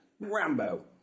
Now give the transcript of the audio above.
Rambo